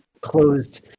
closed